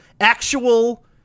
actual